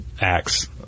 acts